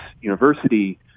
University